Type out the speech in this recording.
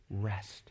rest